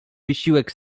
wysiłek